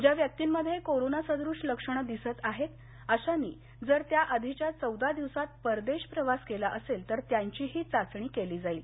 ज्या व्यक्तींमध्ये कोरोनासदृश्य लक्षणं दिसत आहेत अशांनी जर त्याआधीच्या चौदा दिवसात परदेश प्रवास केला असेल तर त्यांचीही चाचणी केली जाईल